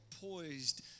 poised